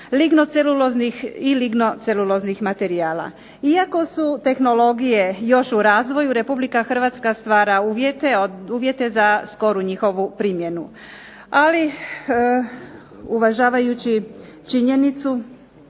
lignoceluloznih i lignoceluloznih materijala. Iako su tehnologije još u razvoju Republika Hrvatska stvara uvjete za skoru njihovu primjenu, ali uvažavajući činjenicu